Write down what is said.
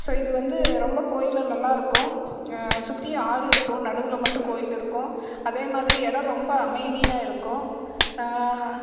so இது வந்து ரொம்ப கோயில்ல நல்லாயிருக்கும் சுற்றி ஆறிருக்கும் நடுவில் மட்டும் கோயில் இருக்கும் அதே மாதிரி இடம் ரொம்ப அமைதியாக இருக்கும்